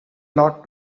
lot